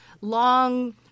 long